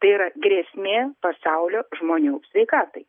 tai yra grėsmė pasaulio žmonių sveikatai